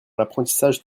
l’apprentissage